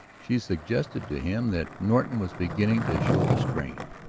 she suggested to him that norton was beginning to show the strain,